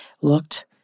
looked